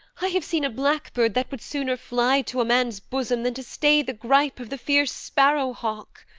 i have seen a blackbird that would sooner fly to a man's bosom, than to stay the gripe of the fierce sparrow-hawk.